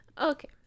okay